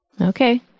Okay